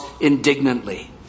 indignantly